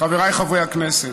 חבריי חברי הכנסת,